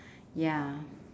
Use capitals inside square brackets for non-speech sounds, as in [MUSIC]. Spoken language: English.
[BREATH] ya